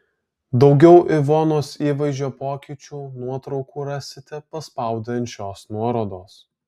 daugiau ivonos įvaizdžio pokyčių nuotraukų rasite paspaudę ant šios nuorodos